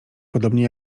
podobnie